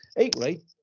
Equally